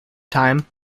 time